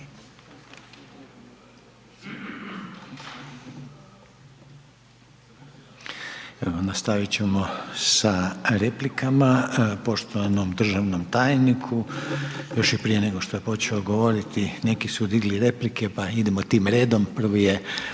nastavit ćemo sa replika poštovanom državnom tajniku. Još i prije nego što je počeo govoriti neki su digli replike pa idemo tim redom, prvi je